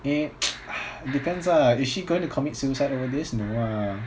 it depends ah is she going to commit suicide over this no ah